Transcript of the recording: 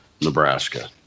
Nebraska